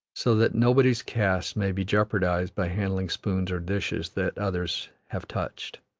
so that nobody's caste may be jeopardized by handling spoons or dishes that others have touched.